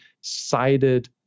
cited